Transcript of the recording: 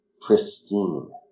Pristine